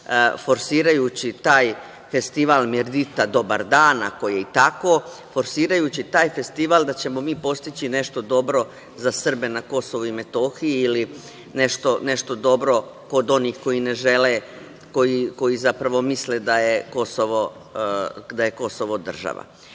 forsirajući taj festival „Mirdita, dobar dan“ ako je i tako, forsirajući taj festival da ćemo mi postići nešto dobro za Srbe na Kosovu i Metohiji ili nešto dobro kod onih koji ne žele, koji zapravo misle da je Kosovo država. Mi